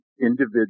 individual